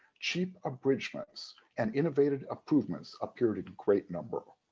cheap abridgements and innovative improvements appeared in great number.